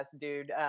dude